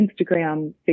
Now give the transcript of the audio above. Instagram